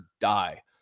die